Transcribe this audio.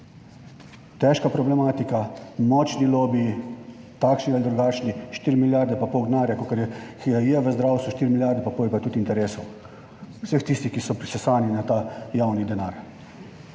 Težka problematika, močni lobiji, takšni ali drugačni, štiri milijarde pa pol denarja, kakor je hierarhija v zdravstvu, štiri milijarde pa pol je pa tudi interesov vseh tistih, ki so prisesani na ta javni denar.